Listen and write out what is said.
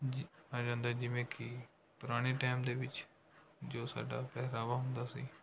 ਆ ਜਾਂਦਾ ਹੈ ਜਿਵੇਂ ਕਿ ਪੁਰਾਣੇ ਟਾਈਮ ਦੇ ਵਿੱਚ ਜੋ ਸਾਡਾ ਪਹਿਰਾਵਾ ਹੁੰਦਾ ਸੀ